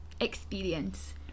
experience